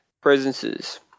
presences